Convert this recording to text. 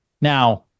Now